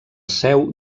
seu